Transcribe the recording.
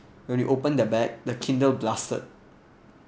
when we open the bag the kindle blasted